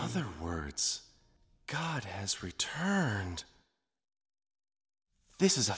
other words god has returned this is